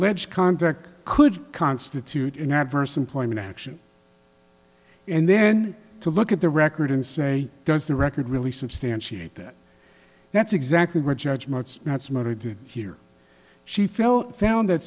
alleged conduct could constitute an adverse employment action and then to look at the record and say does the record really substantiate that that's exactly what judgements that's merited here she fell found that